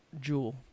Jewel